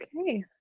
okay